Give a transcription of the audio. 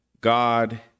God